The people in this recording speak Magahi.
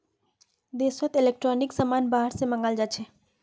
देशोत इलेक्ट्रॉनिक समान बाहर से मँगाल जाछे